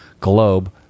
globe